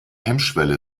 hemmschwelle